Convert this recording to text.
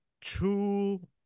two